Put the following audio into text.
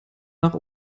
nach